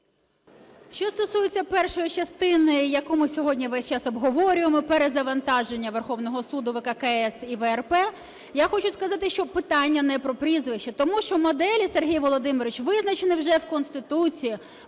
Що стосується першої частини, яку ми сьогодні весь час обговорюємо, перезавантаження Верховного Суду, ВККС і ВРП, я хочу сказати, що питання не про прізвища, тому що моделі, Сергій Володимирович, визначені вже в Конституції,